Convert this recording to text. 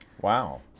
Wow